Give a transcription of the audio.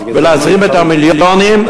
ולהזרים את המיליונים,